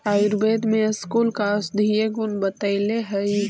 आयुर्वेद में स्कूल का औषधीय गुण बतईले हई